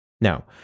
Now